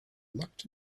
looked